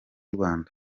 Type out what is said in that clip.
rwanda